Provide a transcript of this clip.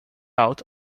out